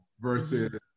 versus